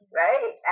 right